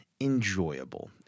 enjoyable